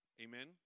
Amen